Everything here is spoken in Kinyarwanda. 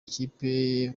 ikipe